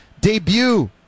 debut